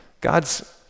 God's